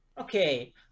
okay